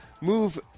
move